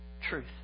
truth